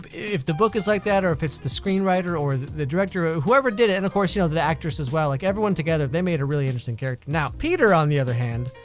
if the book is like that or if it's the screen writer or the director of whoever did it and of course you know the the actress as well like everyone together they made a really interesting character. now peter on the other hand,